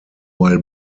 while